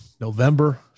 November